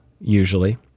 usually